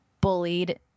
bullied